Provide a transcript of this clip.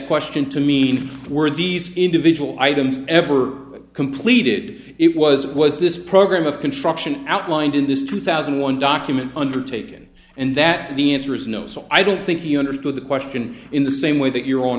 question to me were these individual items ever completed it was it was this program of construction outlined in this two thousand and one document undertaken and that the answer is no so i don't think he understood the question in the same way that you're on